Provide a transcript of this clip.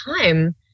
time